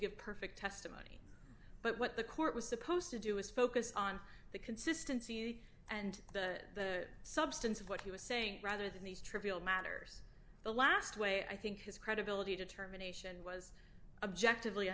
to get perfect but what the court was supposed to do is focus on the consistency and the substance of what he was saying rather than these trivial matters the last way i think his credibility determination was objective le